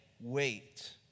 wait